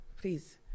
please